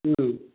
ꯎꯝ